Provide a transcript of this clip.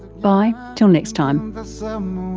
bye till next time